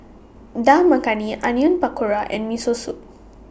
Dal Makhani Onion Pakora and Miso Soup